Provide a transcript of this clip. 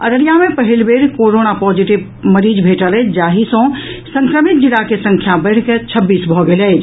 अररिया मे पहिल बेर कोरोना पॉजिटिव मरीज भेटल अछि जाहि सँ संक्रमित जिला के संख्या बढ़ि कऽ छब्बीस भऽ गेल अछि